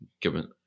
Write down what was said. given